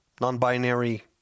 Non-binary